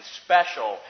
special